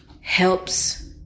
helps